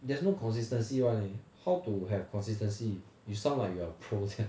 there's no consistency why how to have consistency you sound like you are pro sia